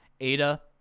Ada